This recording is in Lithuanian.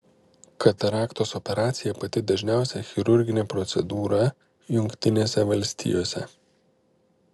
kataraktos operacija pati dažniausia chirurginė procedūra jungtinėse valstijose